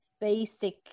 basic